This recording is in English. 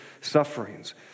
sufferings